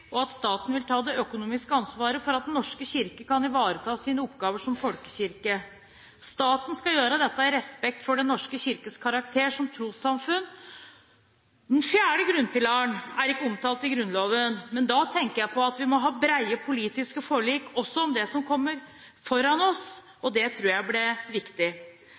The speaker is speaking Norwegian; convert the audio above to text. og at staten vil ta det økonomiske ansvaret for at Den norske kirke kan ivareta sine oppgaver som folkekirke. Staten skal gjøre dette i respekt for Den norske kirkes karakter som trossamfunn. Den fjerde grunnpilaren er ikke omtalt i Grunnloven, men da tenker jeg på at vi må ha brede, politiske forlik også om det som kommer senere. Det tror jeg blir viktig.